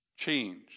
change